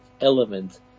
element